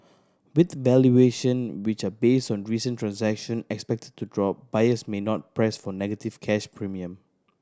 with valuation which are based on recent transaction expected to drop buyers may not press for negative cash premium